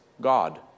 God